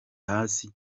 hasi